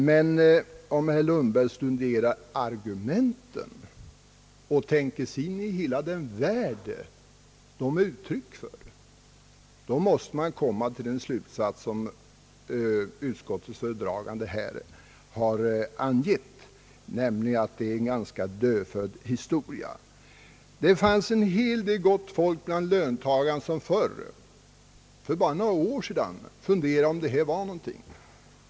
Men om herr Lundberg studerar argumenten och tänker sig in i hela den värld de är uttryck för, måste han komma till den slutsats som utskottets föredragande angett, nämligen att det är en ganska dödfödd historia. Det fanns en hel del gott folk bland löntagarna som förut, bara för några år sedan, funderade över om detta var någonting att ta fasta på.